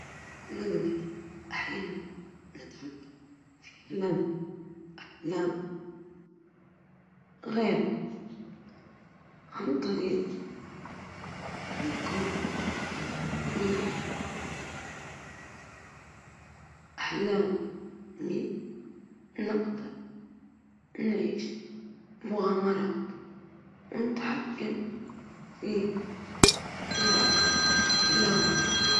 نفضل علاج أي مرض، لأنه تحسين صحة الناس ورفع معاناتهم شيء غاية في الإنسانية، التحكم في العقول ممكن يفتح أبوابًا خطيرة، بينما العلاج بيحافظ على سلامة ورفاهية البشر بشكل عام.